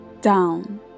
down